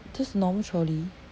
just normal trolley